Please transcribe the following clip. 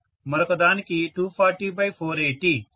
మరొకదానికి 240480